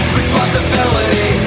responsibility